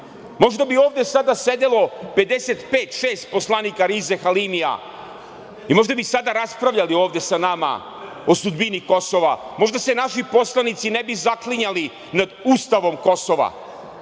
Možda bi ovde sada sedelo 55, 56, poslanika Rize Halimija i možda bi sada raspravljali ovde sada sa nama o sudbini Kosova, možda se naši poslanici ne bi zaklinjali nad ustavom Kosova.